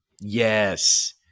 Yes